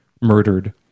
murdered